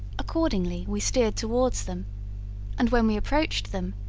accordingly we steered towards them and when we approached them,